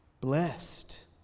Blessed